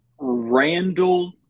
Randall